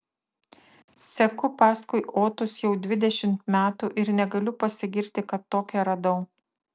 seku paskui otus jau dvidešimt metų ir negaliu pasigirti kad tokią radau